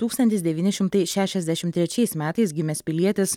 tūkstantis devyni šimtai šešiasdešimt trečiais metais gimęs pilietis